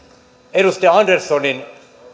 edustaja anderssonin